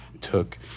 took